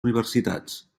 universitats